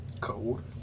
Cold